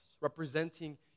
representing